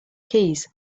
keys